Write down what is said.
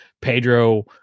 Pedro